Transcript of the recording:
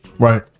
right